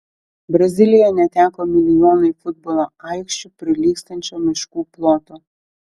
brazilija neteko milijonui futbolo aikščių prilygstančio miškų ploto